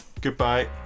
Goodbye